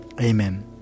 Amen